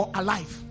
alive